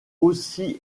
aussi